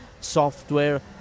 software